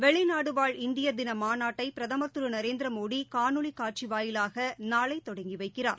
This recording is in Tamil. வெளிநாடுவாழ் இந்தியர்தின மாநாட்டை பிரதமர் திரு நரேந்திரமோடி காணொலி காட்சி வாயிலாக நாளை தொடங்கி வைக்கிறார்